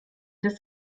des